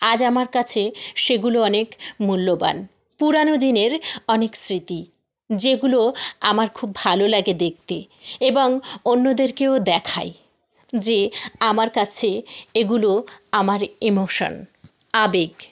আজ আমার কাছে সেগুলো অনেক মূল্যবান পুরানো দিনের অনেক স্মৃতি যেগুলো আমার খুব ভালো লাগে দেখতে এবং অন্যদেরকেও দেখাই যে আমার কাছে এগুলো আমার ইমোশান আবেগ